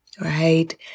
right